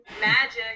Magic